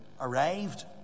arrived